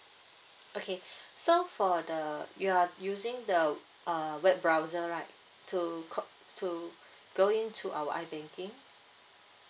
okay so for the you are using the uh web browser right to go to going to our ibanking